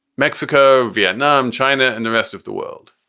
mexico, vietnam, china and the rest of the world,